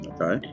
Okay